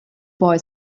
boy